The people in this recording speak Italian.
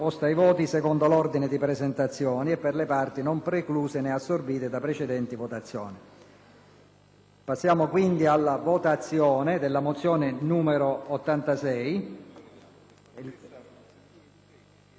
Passiamo quindi alla votazione della mozione n. 86